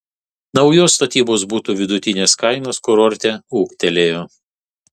naujos statybos butų vidutinės kainos kurorte ūgtelėjo